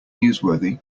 newsworthy